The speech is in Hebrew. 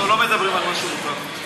אנחנו לא מדברים על משהו רטרואקטיבי.